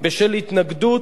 בשל התנגדות,